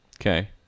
Okay